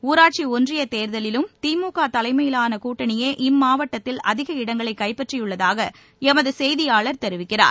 ஊராட்சி ஒன்றிய தேர்தலிலும் திமுக தலைமையிலான கூட்டணியே இம்மாவட்டத்தில் அதிக இடங்களை கைப்பற்றியுள்ளதாக எமது செய்தியாளர் தெரிவிக்கிறார்